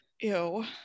ew